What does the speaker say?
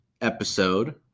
episode